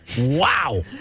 wow